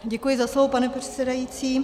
Děkuji za slovo, pane předsedající.